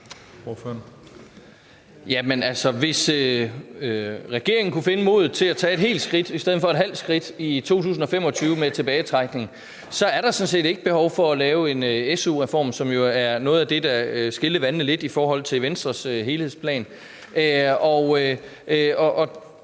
Hvis regeringen kunne finde modet til at tage et helt skridt i stedet for et halvt skridt i 2025 med hensyn til tilbagetrækning, ville der sådan set ikke være behov for at lave en SU-reform, som jo var noget af det, der skilte vandene lidt i forhold til Venstres helhedsplan.